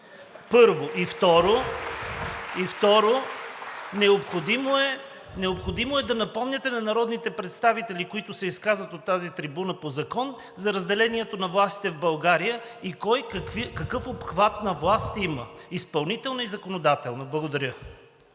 първо. И второ, необходимо е да напомняте на народните представители, които се изказват от тази трибуна по закон, за разделението на властите в България и кой какъв обхват на власт има – изпълнителна и законодателна. Благодаря.